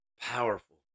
powerful